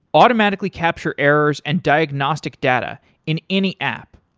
automatically capture errors and diagnostic data in any app.